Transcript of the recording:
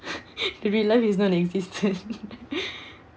the real life is non existent